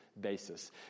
basis